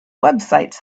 websites